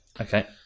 Okay